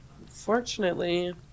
Unfortunately